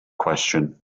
question